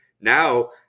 now